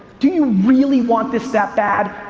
do you really want this that bad,